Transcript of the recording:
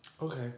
Okay